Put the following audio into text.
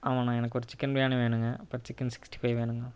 ஆமாண்ணா எனக்கு ஒரு சிக்கன் பிரியாணி வேணுங்க அப்புறம் சிக்கன் சிக்ஸ்ட்டி ஃபைவ் வேணுங்க